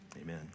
amen